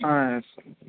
yes sir